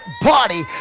body